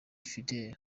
fidel